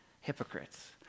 hypocrites